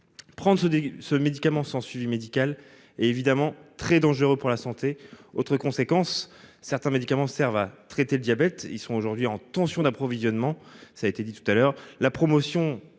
Prendre ce médicament sans suivi médical est évidemment très dangereux pour la santé. Autre conséquence, certains médicaments Servent à traiter le diabète ils sont aujourd'hui en tension d'approvisionnement, ça a été dit tout à l'heure, la promotion